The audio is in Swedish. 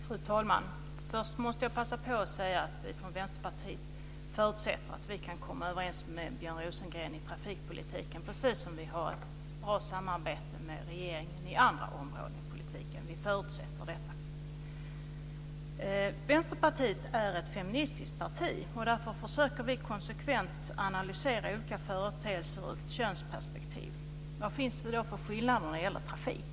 Fru talman! Först måste jag passa på att säga att vi från Vänsterpartiet förutsätter att vi kan komma överens med Björn Rosengren i trafikpolitiken, precis som vi har ett bra samarbete med regeringen på andra områden i politiken. Vi förutsätter detta. Vänsterpartiet är ett feministiskt parti, och därför försöker vi konsekvent analysera olika företeelser ur ett könsperspektiv. Vad finns det då för skillnader när det gäller trafik?